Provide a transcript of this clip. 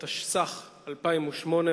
התשס"ח 2008,